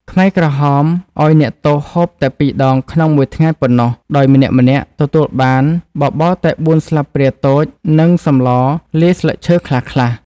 ខ្មែរក្រហមឱ្យអ្នកទោសហូបតែពីរដងក្នុងមួយថ្ងៃប៉ុណ្ណោះ ដោយម្នាក់ៗទទួលបានបបរតែបួនស្លាបព្រាតូច និងសម្លលាយស្លឹកឈើខ្លះៗ។